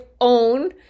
own